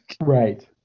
Right